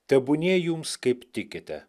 tebūnie jums kaip tikite